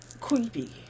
creepy